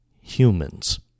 humans